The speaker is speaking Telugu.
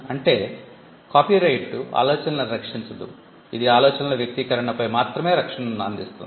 అంటే కాపీరైట్ ఆలోచనలను రక్షించదు ఇది ఆలోచనల వ్యక్తీకరణపై మాత్రమే రక్షణను అందిస్తుంది